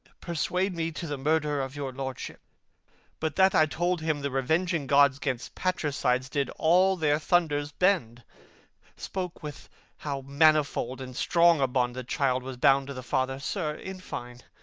persuade me to the murder of your lordship but that i told him the revenging gods gainst parricides did all their thunders bend spoke with how manifold and strong a bond the child was bound to the father sir, in fine,